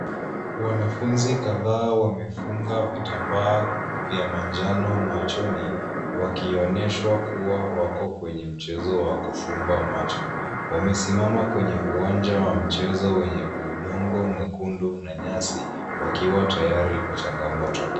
Wanafunzi kadhaa wamefunga vitambaa vya manjano machoni, wakioneshwa kuwa wako kwenye mchezo wa kufumba macho. Wamesimama kwenye uwanja wa mchezo wenye udongo mwekundu na nyasi, wakiwa tayari kwa changamoto.